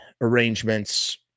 arrangements